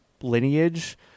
lineage